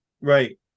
right